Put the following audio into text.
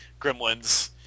Gremlins